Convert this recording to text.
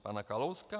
Pana Kalouska?